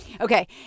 Okay